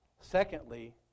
Secondly